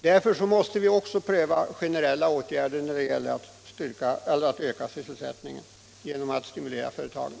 Därför måste vi pröva också generella åtgärder när det gäller att öka sysselsättningen.